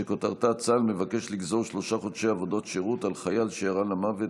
שכותרתה: צה"ל מבקש לגזור שלושה חודשי עבודת שירות על חייל שירה למוות